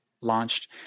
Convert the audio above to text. launched